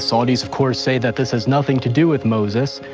saudis of course say that this has nothing to do with moses,